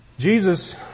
Jesus